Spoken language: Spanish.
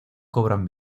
cobran